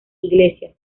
iglesias